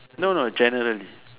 no no generally